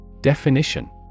Definition